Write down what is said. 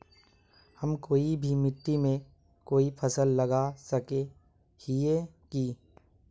हम कोई भी मिट्टी में कोई फसल लगा सके हिये की?